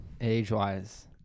age-wise